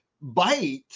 bite